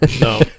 No